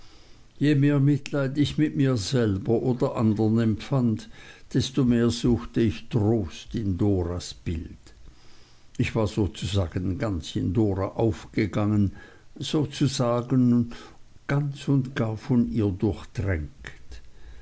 je mehr mitleid ich mit mir selbst oder anderen empfand desto mehr suchte ich trost in doras bild ich war sozusagen ganz in dora aufgegangen sozusagen ganz und gar von ihr durchtränkt